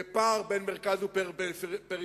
בפער בין המרכז לפריפריה,